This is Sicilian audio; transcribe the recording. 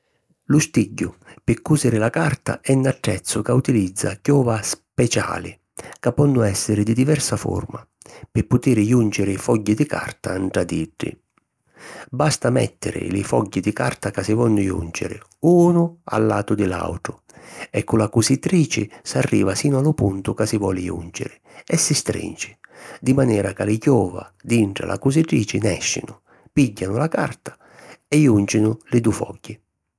Lu stigghiu pi cùsiri la carta è 'n attrezzu ca utilizza chiova speciali, ca ponnu èssiri di diversa forma, pi putiri jùnciri fogghi di carta ntra d’iddi. Basta mèttiri li fogghi di carta ca si vonnu jùnciri, unu a latu di l’àutru e cu la cusitrici s'arriva sinu a lu puntu ca si voli jùnciri e si strinci di manera ca li chiova dintra la cusitrici nèscinu, pìgghianu la carta e jùncinu li dui fogghi.